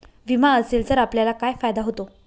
विमा असेल तर आपल्याला काय फायदा होतो?